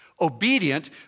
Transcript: obedient